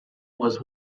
was